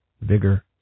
vigor